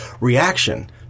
reaction